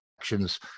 actions